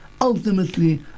ultimately